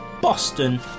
Boston